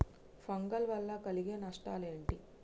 Fungal వల్ల కలిగే నష్టలేంటి?